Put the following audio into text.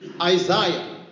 Isaiah